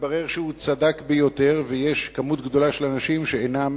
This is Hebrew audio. מתברר שהוא צדק ביותר ויש מספר גדול של אנשים שאינם